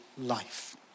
life